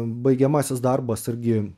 baigiamasis darbas irgi